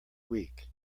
week